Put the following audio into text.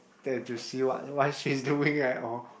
get to see what what is she doing at home